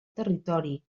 territori